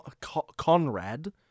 Conrad